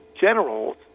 generals